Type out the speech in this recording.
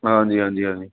ਹਾਂਜੀ ਹਾਂਜੀ ਹਾਂਜੀ